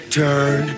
turn